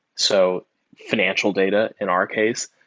so financial data in our case.